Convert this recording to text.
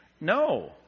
No